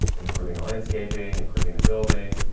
improving the landscaping, improving the building,